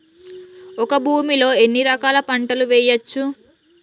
ఒక భూమి లో ఎన్ని రకాల పంటలు వేయచ్చు?